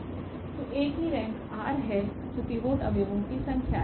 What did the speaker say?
तो A की rank r है जो पिवोट अवयवो की संख्या है